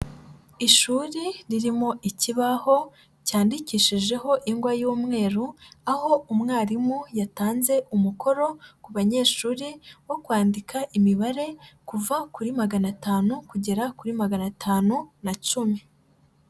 Ishuri ririmo ikibaho cyandikishijeho ingwa y'umweru,. aho umwarimu yatanze umukoro ku banyeshuri wo kwandika imibare kuva kuri maganatanu kugera kuri magana atanu na cumi.